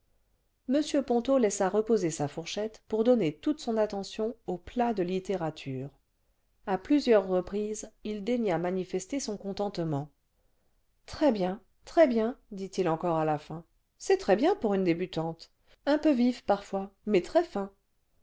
m ponto laissa reposer sa fourchette pour donner toute son attention au plat de littérature à plusieurs reprises il daigna manifester son contentement très bien très bien dit-il encore à la fin c'est très bien pour une débutante un peu vif parfois mais très fin